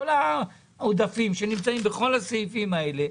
כל העודפים שנמצאים בכל הסעיפים האלה,